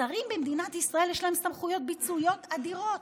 לשרים במדינת ישראל יש סמכויות ביצועיות אדירות.